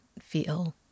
feel